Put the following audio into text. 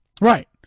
Right